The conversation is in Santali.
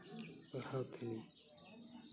ᱯᱟᱲᱦᱟᱣ ᱛᱟᱭᱱᱚᱢ